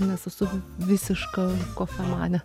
esu visiška kofemanė